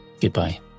goodbye